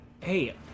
Hey